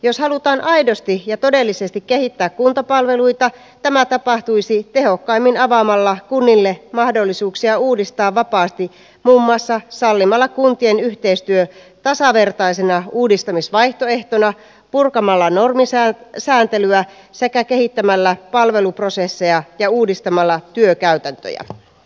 jos halutaan aidosti ja todellisesti kehittää kuntapalveluita tämä tapahtuisi tehokkaimmin avaamalla kunnille mahdollisuuksia uudistaa vapaasti muun muassa sallimalla kuntien yhteistyö tasavertaisena uudistamisvaihtoehtona purkamalla normisääntelyä sekä kehittämällä palveluprosesseja ja uudistamalla työkäytäntöjä